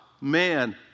man